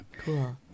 Cool